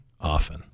often